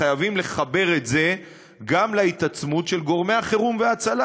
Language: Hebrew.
חייבים לחבר את זה גם להתעצמות של גורמי החירום וההצלה,